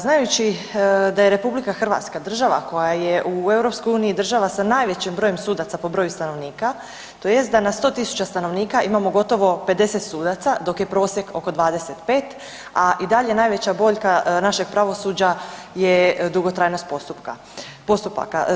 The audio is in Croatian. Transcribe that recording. Znajući da je RH država koja je u EU država sa najvećim brojem sudaca po broju stanovnika, tj. da na sto tisuća stanovnika imamo gotovo 50 sudaca dok je prosjek oko 25, a i dalje je boljka našeg pravosuđa je dugotrajnost postupaka.